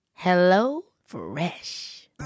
HelloFresh